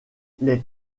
les